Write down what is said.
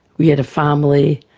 we had a family.